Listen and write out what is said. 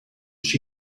she